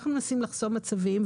אנחנו מנסים לחסום מצבים,